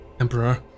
Emperor